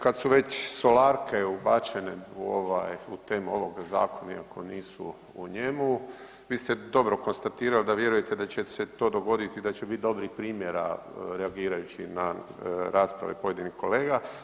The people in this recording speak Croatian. Kad su već solarke ubačene u temu ovoga zakona iako nisu u njemu, vi ste dobro konstatirali da vjerujete da će se to dogoditi i da će biti dobrih primjera reagirajući na rasprave pojedinih kolega.